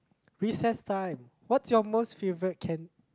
recess time what's your most favourite can